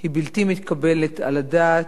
היא בלתי מתקבלת על הדעת,